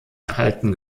erhalten